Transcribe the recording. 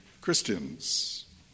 Christians